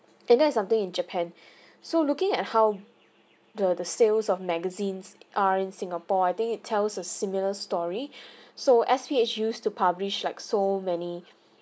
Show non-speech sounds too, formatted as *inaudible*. and that is something in japan *breath* so looking at how the the sales of magazines are in singapore I think it tells a similar story *breath* so S_P_H used to publish like so many